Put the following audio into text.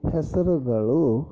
ಹೆಸರುಗಳು